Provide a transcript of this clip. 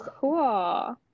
cool